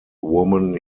woman